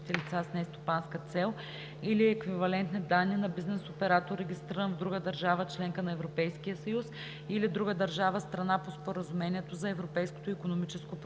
лица с нестопанска цел или еквивалентни данни на бизнес оператор, регистриран в друга държава – членка на Европейския съюз, или друга държава – страна по Споразумението за Европейското икономическо